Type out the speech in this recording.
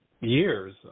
years